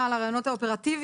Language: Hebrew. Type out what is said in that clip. תודה עבור הרעיונות האופרטיביים.